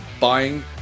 buying